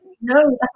No